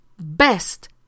best